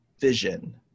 vision